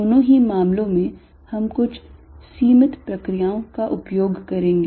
दोनों ही मामलों में हम कुछ सीमित प्रक्रियाओं का उपयोग करेंगे